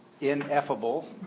ineffable